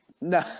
No